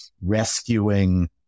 rescuing